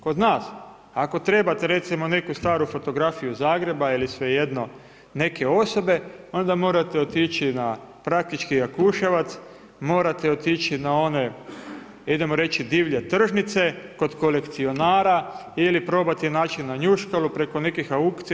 Kod nas ako trebate recimo neku staru fotografiju Zagreba ili svejedno neke osobe, onda morate otići na praktički Jakuševac, morate otići na one idemo reći divlje tržnice kod kolekcionara ili probati naći na Njuškalu preko nekih aukcija.